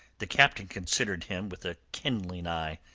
the captain considered him with a kindling eye.